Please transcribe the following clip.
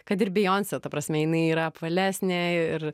kad ir beyoncė ta prasme jinai yra apvalesnė ir